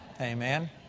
Amen